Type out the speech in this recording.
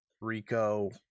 Rico